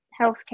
healthcare